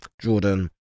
Jordan